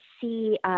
see